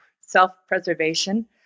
self-preservation